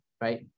right